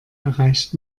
erreicht